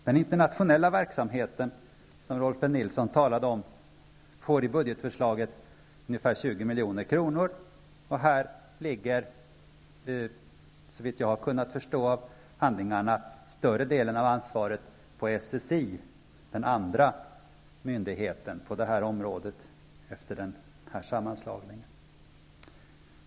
Den internationella verksamhet som Rolf L. Nilson talade om får i budgetförslaget ungefär 20 milj.kr. Här ligger, såvitt jag har kunnat förstå av handlingarna, större delen av ansvaret på SSI, den andra myndigheten på det här området efter sammanslagningen.